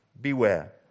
beware